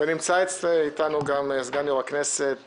נמצא איתנו סגן יושב-ראש הכנסת